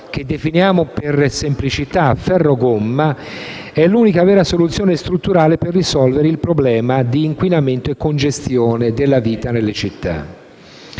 che definiamo per semplicità ferro-gomma, è l'unica vera soluzione strutturale per risolvere il problema di inquinamento e congestione delle città.